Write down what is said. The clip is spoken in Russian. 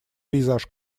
пейзаж